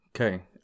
Okay